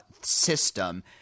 system